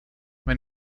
when